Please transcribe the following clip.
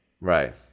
Right